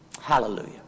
Hallelujah